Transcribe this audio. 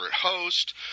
host